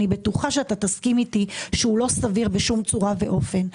אני בטוחה שתסכים איתי שלא סביר בשום צורה ואופן.